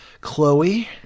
Chloe